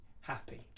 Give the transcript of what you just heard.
happy